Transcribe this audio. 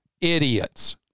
idiots